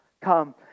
come